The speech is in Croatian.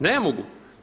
Ne mogu.